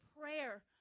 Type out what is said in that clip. prayer